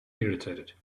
irritated